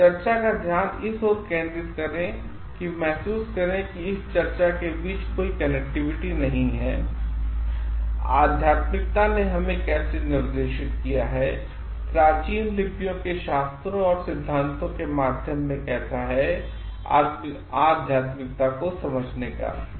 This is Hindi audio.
अब चर्चा का ध्यान इस ओर केंद्रित करें कि महसूस करें कि इस चर्चा के बीच कोई कनेक्टिविटी नहीं है और आध्यात्मिकता ने हमें कैसे निर्देशित किया है और प्राचीनलिपियों केशास्त्रों और सिद्धांतों केमाध्यम से कैसा हैआध्यात्मिकता को समझने का